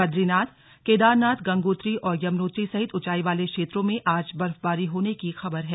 बदरीनाथ केदारनाथ गंगोत्री और यमुनोत्री सहित ऊंचाई वाले क्षेत्रों में आज बर्फबारी होने की खबर है